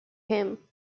him